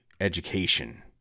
education